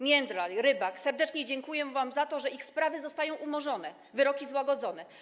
Międlar, Rybak - serdecznie dziękuję wam za to, że ich sprawy zostają umorzone, wyroki złagodzone.